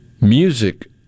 music